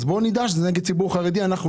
בואו נדע שזה נגד הציבור החרדי ואז